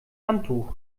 handtuch